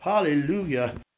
Hallelujah